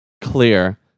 clear